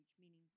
meaning